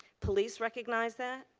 police recognize that.